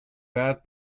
bad